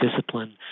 discipline